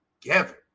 together